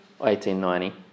1890